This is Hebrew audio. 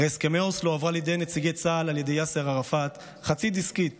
אחרי הסכמי אוסלו הועברה לידי נציגי צה"ל חצי דיסקית